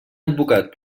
advocat